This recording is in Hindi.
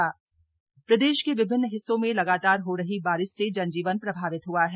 बारिश से नकसान प्रदेश के विभिन्न हिस्सों में लगातार हो रही बारिश से जनजीवन प्रभावित हुआ है